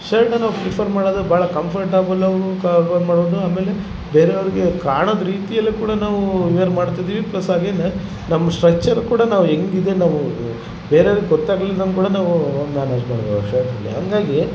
ಶರ್ಟ್ನ prefer ಮಾಡೋದು ಭಾಳ comfortable ಅವು ಮಾಡೋದು ಆಮೇಲೆ ಬೇರೆ ಅವ್ರಿಗೆ ಕಾಣೋದು ರೀತಿಯಲ್ಲೇ ಕೂಡ ನಾವು ವೇರ್ ಮಾಡ್ತಿದೀವಿ ಪ್ಲಸ್ ಅಗೇನ್ ನಮ್ಮ ಸ್ಟ್ರಚರ್ ಕೂಡ ನಾವು ಹೆಂಗಿದೆ ನಾಮಗು ಬೇರೆವ್ರಿಗೆ ಗೊತಾಗ್ಲಿದಂಗ ಕೂಡ ನಾವು ಮ್ಯಾನೇಜ್ ಮಾಡ್ಬೋದು ಶರ್ಟ್ಯಿಂದ ಹಂಗಾಗಿ